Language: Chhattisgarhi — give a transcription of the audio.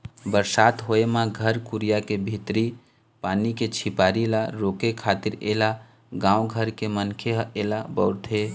बरसात होय म घर कुरिया के भीतरी पानी के झिपार ल रोके खातिर ऐला गाँव घर के मनखे ह ऐला बउरथे